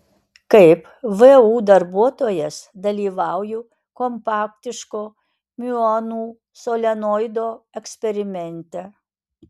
kaip vu darbuotojas dalyvauju kompaktiško miuonų solenoido eksperimente